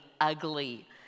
ugly